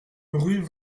rue